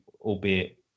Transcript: albeit